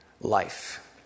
life